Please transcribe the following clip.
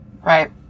Right